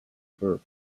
burke